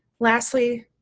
lastly,